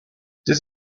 this